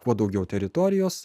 kuo daugiau teritorijos